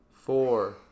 four